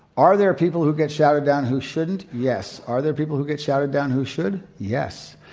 are there people who get shouted down who shouldn't? yes. are there people who get shouted down who should? yes.